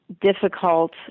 difficult